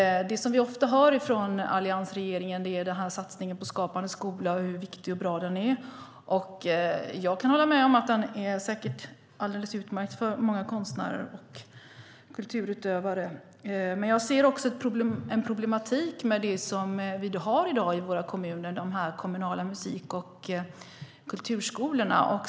Det som vi ofta hör från alliansregeringen är om satsningen på Skapande skola, hur viktig och bra den är. Jag kan hålla med om att den säkert är alldeles utmärkt för många konstnärer och kulturutövare. Men jag ser också en problematik med det som vi i dag har i våra kommuner, de kommunala musik och kulturskolorna.